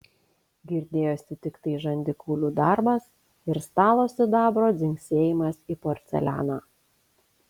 girdėjosi tiktai žandikaulių darbas ir stalo sidabro dzingsėjimas į porcelianą